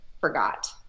forgot